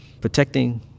protecting